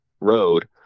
road